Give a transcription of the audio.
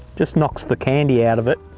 just knocks the candy out of it.